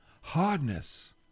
Hardness